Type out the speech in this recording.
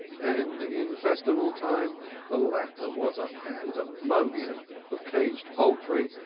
and in festival times the latter was a pandemonium of caged poultry,